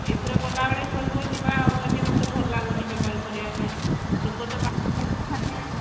ଏଥର ଗଲାବେଳେ କହିବ ଯିବା ଆଉ ଏଠି ମୋତେ ଆଉ ଭଲ ଲାଗୁନି ବେପାର କରିବା ପାଇଁ ଲୋକ ତ ବାକି ଖାଇ ଦେଉଛନ୍ତି